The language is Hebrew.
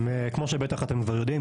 כמו שאתם כבר בטח יודעים,